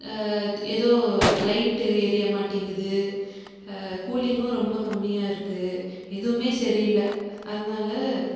எதோ லைட்டு எரியமாட்டேங்குது கூலிங்கும் ரொம்ப கம்மியாக இருக்குது எதுவுமே சரியில்லை அதனால்